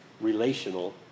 relational